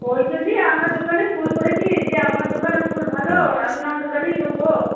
ওই জন্যই আপনার দোকানে ফোন করেছি যে আপনার দোকানে ফুল ভালো আপনার দোকানেই নোবো